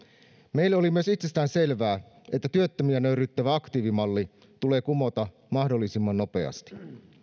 meille oli myös itsestäänselvää että työttömiä nöyryyttävä aktiivimalli tulee kumota mahdollisimman nopeasti